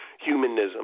humanism